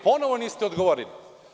Ponovo mi niste odgovorili.